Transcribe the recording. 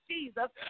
Jesus